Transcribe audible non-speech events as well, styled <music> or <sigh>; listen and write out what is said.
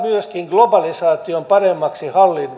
<unintelligible> myöskin globalisaation paremmaksi